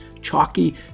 chalky